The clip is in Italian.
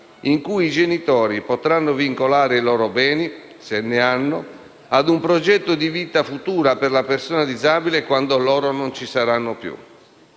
in cui i genitori potranno vincolare i loro beni, se ne hanno, ad un progetto di vita futura per la persona disabile quando loro non ci saranno più.